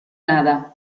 nada